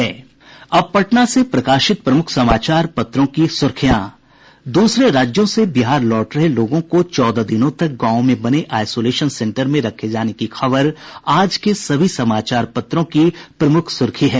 अब पटना से प्रकाशित प्रमुख समाचार पत्रों की सुर्खियां दूसरे राज्यों से बिहार लौट रहे लोगों को चौदह दिनों तक गांवों में बने आइसोलेशन सेंटर में रखे जाने की खबर आज के सभी समाचार पत्रों की प्रमुख सुर्खी है